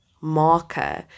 marker